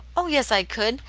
oh, yes, i could!